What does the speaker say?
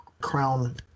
Crown